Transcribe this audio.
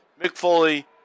McFoley